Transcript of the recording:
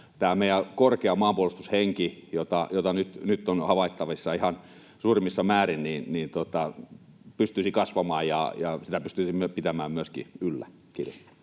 tämä meidän korkea maanpuolustushenki, jota nyt on havaittavissa ihan suurimmassa määrin, pystyisi kasvamaan ja pystyisimme sitä myöskin pitämään yllä. — Kiitos.